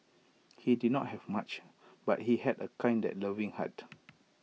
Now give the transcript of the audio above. he did not have much but he had A kind and loving heart